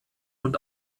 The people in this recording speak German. und